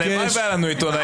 הלוואי שהיו לנו עיתונאים.